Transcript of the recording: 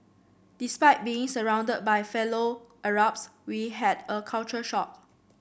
despite being surrounded by fellow Arabs we had a culture shock